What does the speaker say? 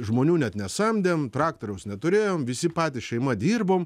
žmonių net nesamdėm traktoriaus neturėjom visi patys šeima dirbom